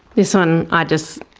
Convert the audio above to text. this one i just.